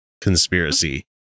conspiracy